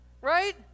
Right